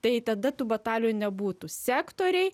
tai tada tų batalijų nebūtų sektoriai